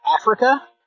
Africa